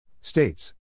states